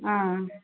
ஆ ஆ